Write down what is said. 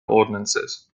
ordinances